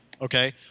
okay